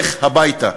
לך הביתה.